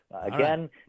again